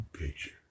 picture